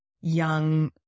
young